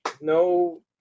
no